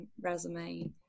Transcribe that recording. resume